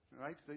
right